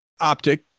OPTIC